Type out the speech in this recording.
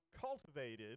cultivated